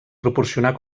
proporcionar